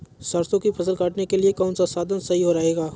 सरसो की फसल काटने के लिए कौन सा साधन सही रहेगा?